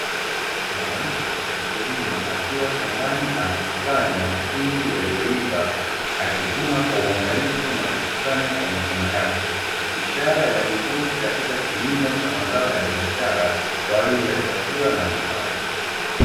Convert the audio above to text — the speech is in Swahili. Mwanamke mkulima akiwa shambani anakusanya mahindi yaliyoiva akivuna kwa uangalifu na kukusanya kwa mikono yake, ishara ya juhudi katika kilimo cha mazao ya biashara kwa ajili ya chakula na kipato.